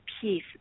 peace